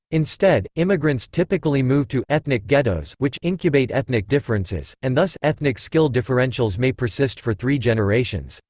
instead, immigrants typically move to ethnic ghettos which incubate ethnic differences, and thus ethnic skill differentials may persist for three generations.